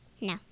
No